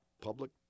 public